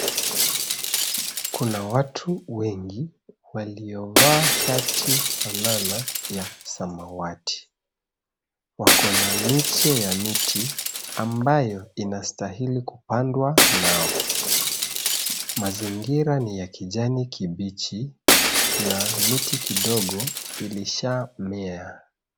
Kuna watu wengi waliovaa shati fanana ya samawati . Wako na miche ya miti ambayo inastahili kupandwa nao. Mazingira ni ya kijani kibichi na miti kidogo ilisha mea.